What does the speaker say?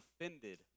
offended